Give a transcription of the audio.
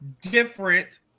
different